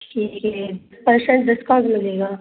percent discount मिलेगा